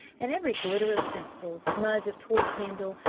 and every glitter of tinsel, smudge of toy candle,